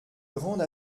grande